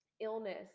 illness